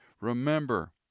Remember